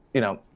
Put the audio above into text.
you know,